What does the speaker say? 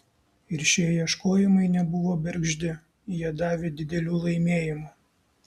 ir šie ieškojimai nebuvo bergždi jie davė didelių laimėjimų